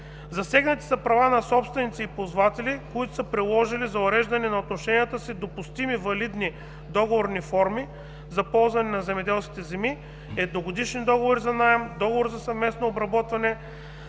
Засегнати са права на собственици и ползватели, които са приложили за уреждане на отношенията си допустими, валидни договорни форми за ползване на земеделските земи като едногодишни договори за наем, договор за съвместно обработване